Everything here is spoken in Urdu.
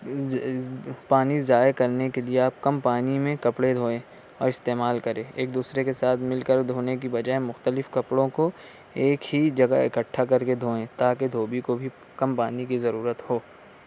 پانی ضائع کرنے کے لئے آپ کم پانی میں کپڑے دھوئیں اور استعمال کریں ایک دوسرے کے ساتھ مل کر دھونے کی بجائے مختلف کپڑوں کو ایک ہی جگہ اکٹھا کر کے دھوئیں تاکہ دھوبی کو بھی کم پانی کی ضرورت ہو